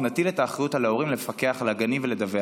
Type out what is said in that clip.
נטיל את האחריות על ההורים לפקח על הגנים ולדווח.